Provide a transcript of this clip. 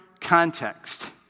context